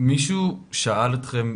מישהו שאל אתכם,